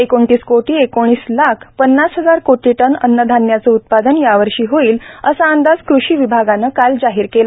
एकोणतीस कोटी एकोणीस लाख पन्नास हजार कोटी टन अन्नधान्याचं उत्पादन यावर्षी होईल असा अंदाज कृषी विभागानं काल जाहीर केला